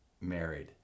married